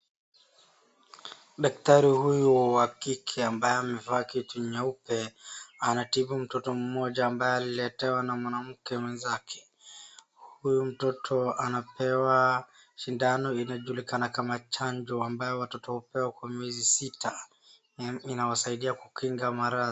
Daktari huyu wa kike ambaye amevaa kitu nyeupe anatibu mtoto mmoja ambaye aliletewa na mwanamke mwenzake huyu mtoto anapewa sindano inayojulikana kama chanjo ambayo watoto hupewa kwa miezi sita inawasaidia kukinga maradhi